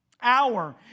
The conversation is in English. hour